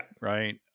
Right